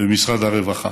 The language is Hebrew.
במשרד הרווחה.